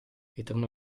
ritornò